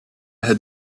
had